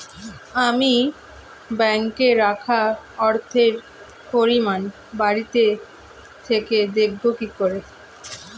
আমি ব্যাঙ্কে রাখা অর্থের পরিমাণ বাড়িতে থেকে দেখব কীভাবে?